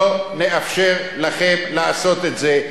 לא נאפשר לכם לעשות את זה,